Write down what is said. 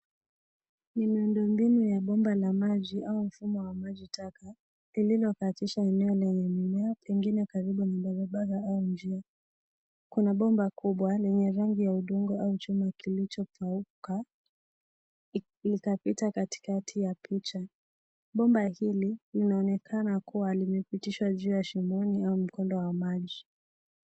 Ni miundo mbinu ya bomba la maji au mfumo wa majitaka lililopitishwa eneo lenye mimea pengine karibu na barabara au mjini. Kuna bomba kubwa lenye rangi ya udongo au chuma kilichokauka likapita katikati ya picha. Bomba hii linaonekana kuwa limepitishwa njia ya shimoni au mkondo wa maji.